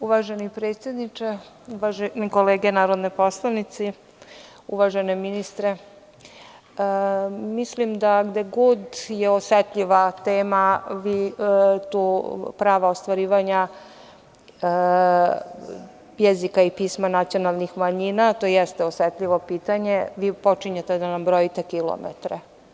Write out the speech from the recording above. Uvaženi predsedniče, uvažene kolege narodni poslanici, uvaženi ministre, mislim da gde god je osetljiva tema, prava ostvarivanja jezika i pisma nacionalnih manjina, to jeste osetljivo pitanje, vi počinjete da nam brojite kilometre.